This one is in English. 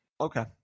Okay